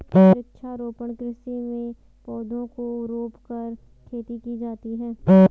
वृक्षारोपण कृषि में पौधों को रोंपकर खेती की जाती है